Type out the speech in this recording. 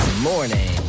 morning